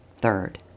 Third